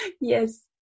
yes